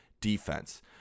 defense